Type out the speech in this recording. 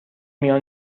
میان